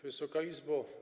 Wysoka Izbo!